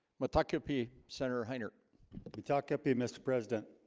mitaka p senator heiner you talked to be mr. president